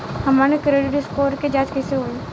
हमन के credit score के जांच कैसे होइ?